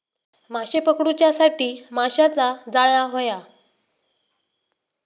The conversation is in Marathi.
माशे पकडूच्यासाठी माशाचा जाळां होया